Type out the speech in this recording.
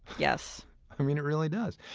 yes i mean, it really does.